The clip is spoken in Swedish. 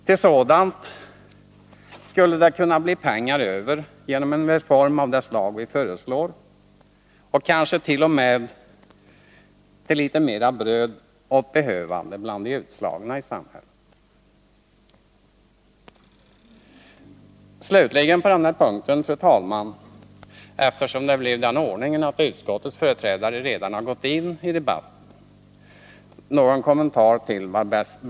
Till sådant skulle det kunna bli pengar över genom en reform av det slag vi föreslår — och kanske t.o.m. till litet mera bröd åt behövande bland de utslagna i samhället. Slutligen, fru talman, en kommentar till vad Bertil Fiskesjö sade på denna punkt — utskottets företrädare har ju redan varit uppe i debatten.